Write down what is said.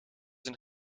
een